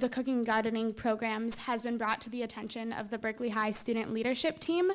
the cooking gardening programs has been brought to the attention of the berkeley high student leadership team